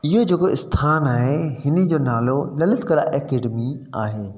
उहो जेको स्थान आहे हिन जो नालो ललित कला एकेडमी आहे